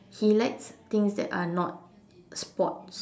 he likes things that are not sports